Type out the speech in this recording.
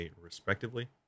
respectively